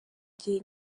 gihe